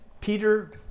Peter